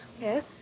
Yes